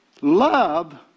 Love